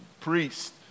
priest